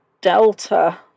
Delta